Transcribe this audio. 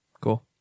Cool